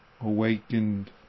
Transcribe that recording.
awakened